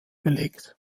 belegt